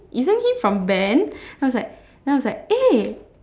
isn't he from band then I was like then I was like eh